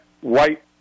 white